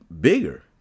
bigger